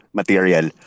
material